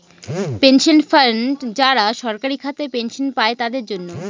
pension fund যারা সরকারি খাতায় পেনশন পাই তাদের জন্য